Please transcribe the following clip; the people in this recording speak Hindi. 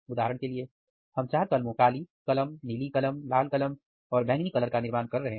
उदाहरण के लिए हम चार कलमों काली कलम नीली कलम लाल कलम और बैंगनी कलम का निर्माण कर रहे हैं